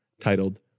titled